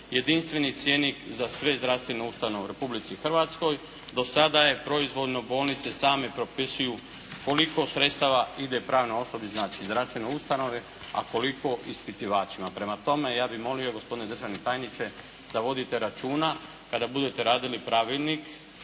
jedinstveni cjenik za sve zdravstvene ustanove u Republici Hrvatskoj. Do sada je proizvoljno, bolnice same propisuju koliko sredstava ide pravnoj osobi znači zdravstvene ustanove a koliko ispitivačima. Prema tome, ja bih molio gospodine državne tajniče da vodite računa kada budete radili pravilnik